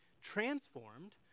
transformed